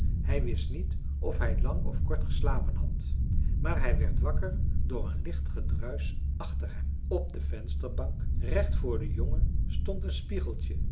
hij wist niet of hij lang of kort geslapen had maar hij werd wakker door een licht gedruisch achter hem op de vensterbank recht voor den jongen stond een spiegeltje